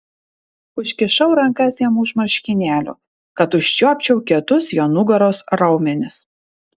užkišau rankas jam už marškinėlių kad užčiuopčiau kietus jo nugaros raumenis